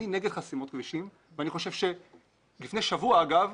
אני נגד חסימות כבישים ואני חושב שלפני שבוע אגב,